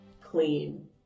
clean